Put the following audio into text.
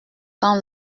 temps